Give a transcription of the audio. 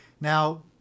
Now